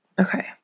Okay